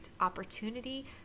opportunity